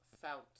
felt